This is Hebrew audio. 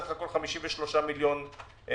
סך הכול 53 מיליון שקל.